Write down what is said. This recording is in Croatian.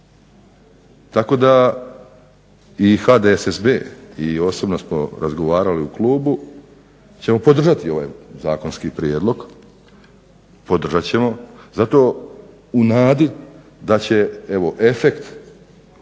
Tako da i HDSSB i osobno smo razgovarali u klubu ćemo podržati ovaj zakonski prijedlog, podržati u nadi da će evo efekt ili